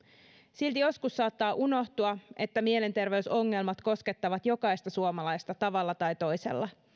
silti joskus saattaa unohtua että mielenterveysongelmat koskettavat jokaista suomalaista tavalla tai toisella